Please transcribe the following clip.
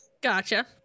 Gotcha